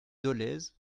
dolez